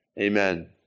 amen